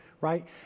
right